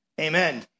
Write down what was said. Amen